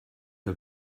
her